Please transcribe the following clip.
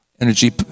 energy